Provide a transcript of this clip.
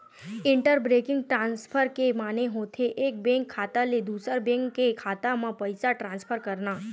inter banking transfer के माने होथे एक बेंक खाता ले दूसर बेंक के खाता म पइसा ट्रांसफर करना